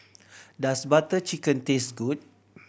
does Butter Chicken taste good